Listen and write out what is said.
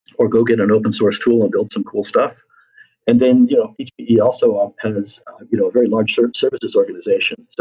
or go get an open source tool and build some cool stuff and then hpe yeah yeah also um has you know a very large sort of services organization.